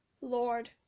Lord